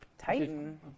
Titan